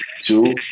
Two